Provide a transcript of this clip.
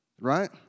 right